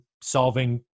solving